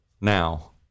now